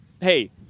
hey